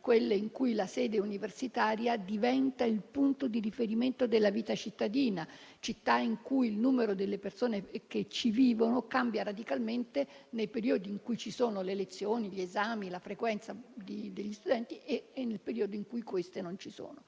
quelle in cui la sede universitaria diventa il punto di riferimento della vita cittadina; città in cui il numero delle persone che ci vivono cambia radicalmente nei periodi in cui ci sono le lezioni, gli esami, la frequenza degli studenti rispetto a quando non ci sono.